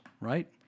right